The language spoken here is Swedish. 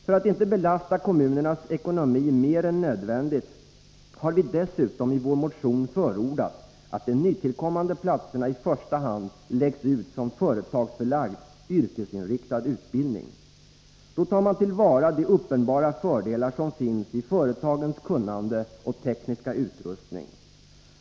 För att inte belasta kommunernas ekonomi mer än nödvändigt har vi dessutom i vår motion förordat att de nytillkommande platserna i första hand läggs ut som företagsförlagd, yrkesinriktad utbildning. Då tar man till vara de uppenbara fördelar som finns i företagens kunnande och tekniska utrustning.